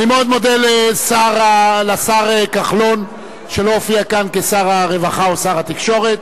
אני מאוד מודה לשר כחלון שלא הופיע כאן כשר הרווחה או כשר התקשורת,